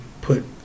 put